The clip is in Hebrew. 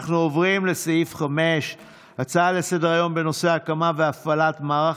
נעבור להצעות לסדר-היום בנושא: הקמה והפעלה של מערך